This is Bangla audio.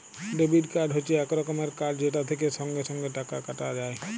ডেবিট কার্ড হচ্যে এক রকমের কার্ড যেটা থেক্যে সঙ্গে সঙ্গে টাকা কাটা যায়